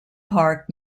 park